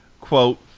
Quote